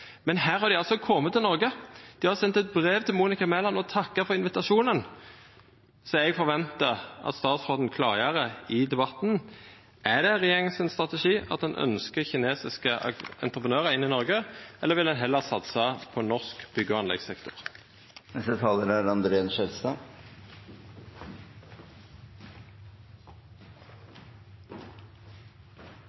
men dei har altså kome til Noreg. Dei har sendt eit brev til Monica Mæland og takka for invitasjonen, så eg forventar at statsråden klargjer i debatten: Er det strategien til regjeringa at ein ønskjer kinesiske entreprenørar inn i Noreg, eller vil ein heller satsa på norsk bygg- og anleggssektor? Landbruket er